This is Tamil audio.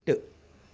விட்டு